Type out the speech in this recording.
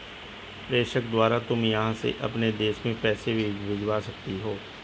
प्रेषण द्वारा तुम यहाँ से अपने देश में पैसे भिजवा सकती हो